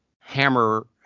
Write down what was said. Hammer